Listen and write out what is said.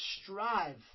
Strive